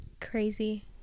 Crazy